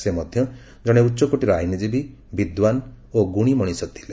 ସେ ମଧ୍ୟ ଜଣେ ଉଚ୍ଚକୋଟୀର ଆଇନ୍ଜୀବୀ ବିଦ୍ୱାନ ଗୁଣି ମଣିଷ ଥିଲେ